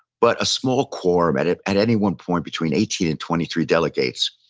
but a small core met, at at any one point between eighteen and twenty three delegates.